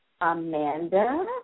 Amanda